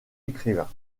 écrivains